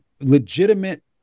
legitimate